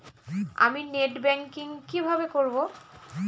আমি net banking কিভাবে করব?